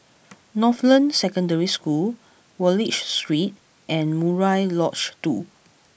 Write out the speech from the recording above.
Northland Secondary School Wallich Street and Murai Lodge Two